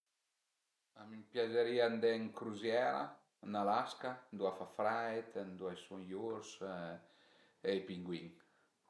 A mi a'piazerìa andé ën cruziera ën Alaska, ëndua a fa freit, ëndua a i sun i urs e i pinguin